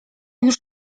już